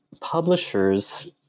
publishers